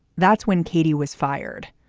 that's when katie was fired.